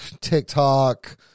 TikTok